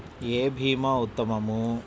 ఏ భీమా ఉత్తమము?